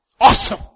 Awesome